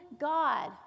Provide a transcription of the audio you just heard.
God